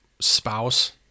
spouse